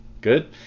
Good